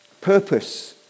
Purpose